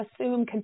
assume